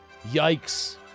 Yikes